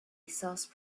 sauce